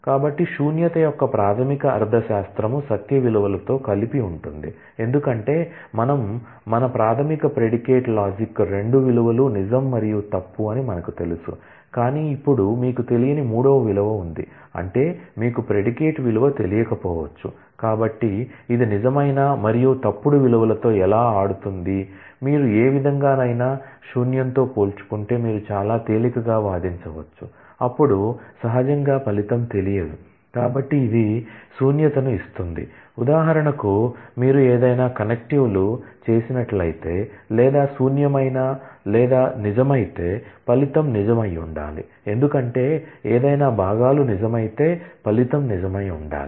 కాబట్టి శూన్యత యొక్క ప్రాథమిక అర్థశాస్త్రం సత్య విలువలతో కలిపి ఉంటుంది ఎందుకంటే మన ప్రాథమిక ప్రెడికేట్ లాజిక్ చేస్తున్నట్లయితే లేదా శూన్యమైన లేదా నిజమైతే ఫలితం నిజం అయి ఉండాలి ఎందుకంటే ఏదైనా భాగాలు నిజమైతే ఫలితం నిజమై ఉండాలి